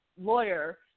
lawyer